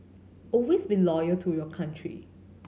always be loyal to your country